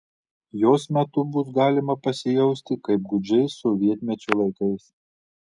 jos metu bus galima pasijausti kaip gūdžiais sovietmečio laikais